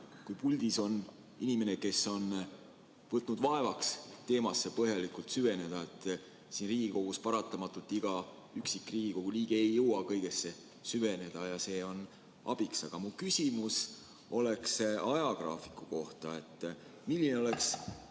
et puldis on inimene, kes on võtnud vaevaks teemasse põhjalikult süveneda. Siin Riigikogus paratamatult iga üksik Riigikogu liige ei jõua kõigesse süveneda ja see on abiks. Aga mu küsimus on ajagraafiku kohta. Milline oleks